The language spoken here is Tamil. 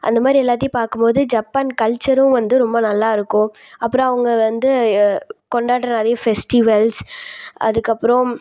அந்தமாதிரி எல்லாத்தையும் பார்க்கும்போது ஜப்பான் கல்ச்சரும் வந்து ரொம்ப நல்லாயிருக்கும் அப்புறம் அவங்க வந்து கொண்டாடுற நிறைய ஃபெஸ்டிவல்ஸ் அதுக்கப்புறம்